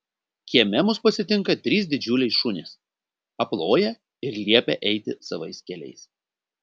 kieme mus pasitinka trys didžiuliai šunys aploja ir liepia eiti savais keliais